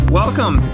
welcome